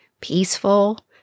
peaceful